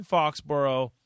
Foxborough